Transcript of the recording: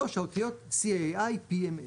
האותיות "CAAI-PMA".